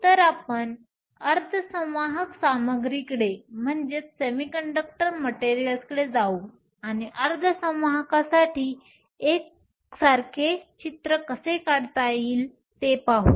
तर आज आपण अर्धसंवाहक सामग्रीकडे जाऊ आणि अर्धसंवाहकासाठी एकसारखे चित्र कसे काढता येईल ते पाहू